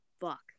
Fuck